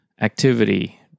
activity